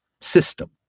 system